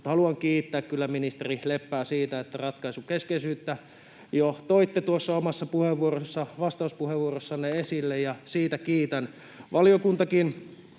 Haluan kiittää kyllä ministeri Leppää siitä, että ratkaisukeskeisyyttä jo toitte tuossa omassa vastauspuheenvuorossanne esille. Siitä kiitän. Valiokuntakin